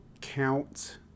count